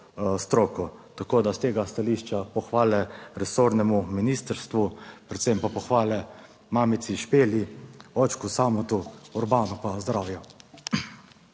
stroko. Tako da s tega stališča pohvale resornemu ministrstvu, predvsem pa pohvale mamici Špeli, očku Samu, Urbanu pa zdravja.